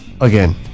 again